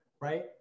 right